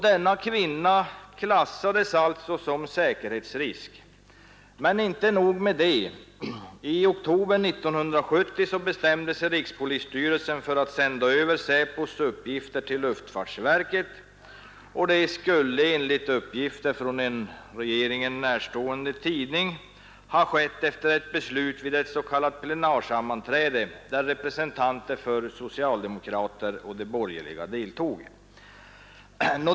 Denna kvinna klassades som säkerhetsrisk, men inte nog med det. I oktober 1970 bestämde sig rikspolisstyrelsen för att sända över SÄPO:s uppgifter till luftfartsverket. Det skulle enligt uppgifter från en regeringen närstående tidning ha skett efter beslut vid ett s.k. plenarsammanträde, där representanter för socialdemokrater och de borgerliga deltog.